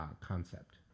concept